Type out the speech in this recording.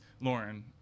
Lauren